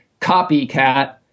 copycat